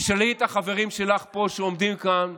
תשאלי את החברים שלך פה שעומדים כאן,